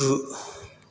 गु